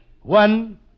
One